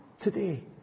today